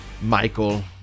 Michael